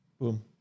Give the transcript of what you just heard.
Boom